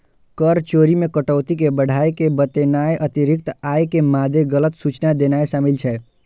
कर चोरी मे कटौती कें बढ़ाय के बतेनाय, अतिरिक्त आय के मादे गलत सूचना देनाय शामिल छै